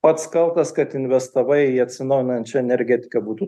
pats kaltas kad investavai į atsinaujinančią energetiką būtų